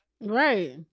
Right